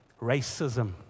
Racism